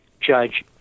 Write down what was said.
Judge